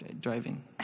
Driving